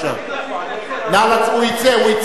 הוא יצא.